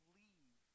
leave